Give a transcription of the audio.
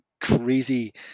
crazy